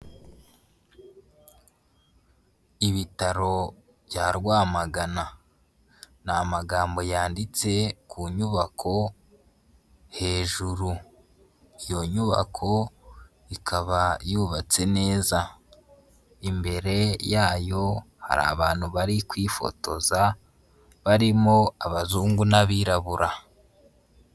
Ibitaro bya Rwamagana, ni amagambo yanditse ku nyubako hejuru, iyo nyubako ikaba yubatse neza, imbere yayo hari abantu bari kwifotoza, barimo abazungu n'abirabura.